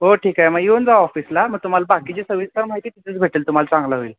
हो ठीक आहे मग येऊन जा ऑफिसला मग तुम्हाला बाकीची सविस्तर माहिती तिथेच भेटेल तुम्हाला चांगलं होईल